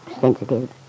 sensitive